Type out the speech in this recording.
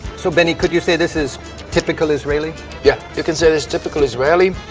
so, benny, could you say this is typical israeli? yeah, you can say this is typical israeli.